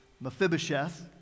Mephibosheth